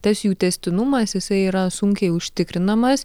tas jų tęstinumas jisai yra sunkiai užtikrinamas